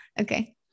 Okay